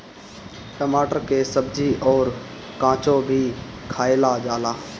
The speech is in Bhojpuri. टमाटर के सब्जी अउर काचो भी खाएला जाला